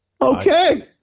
okay